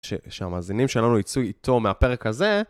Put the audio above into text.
שהמאזינים שלנו יצאו איתו מהפרק הזה.